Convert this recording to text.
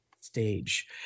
stage